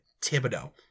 Thibodeau